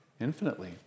infinitely